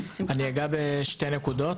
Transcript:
אני אגע בשתי נקודות,